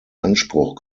anspruch